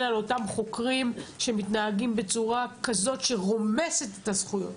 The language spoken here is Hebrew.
על אותם חוקרים שמתנהגים בצורה כזאת שרומסת את הזכויות,